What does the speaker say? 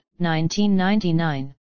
1999